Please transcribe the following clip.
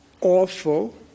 awful